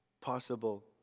possible